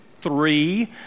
three